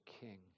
King